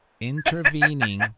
intervening